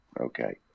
Okay